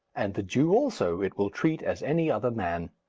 and the jew also it will treat as any other man.